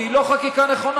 כי היא לא חקיקה נכונה.